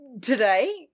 today